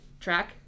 track